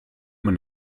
man